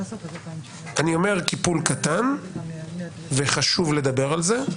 אני אומר קיפול קטן, וחשוב לדבר על זה,